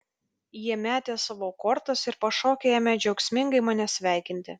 jie metė savo kortas ir pašokę ėmė džiaugsmingai mane sveikinti